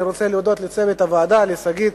אני רוצה להודות לצוות הוועדה: לשגית,